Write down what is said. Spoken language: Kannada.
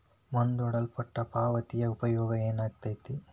ಮುಂದೂಡಲ್ಪಟ್ಟ ಪಾವತಿಯ ಉಪಯೋಗ ಏನೈತಿ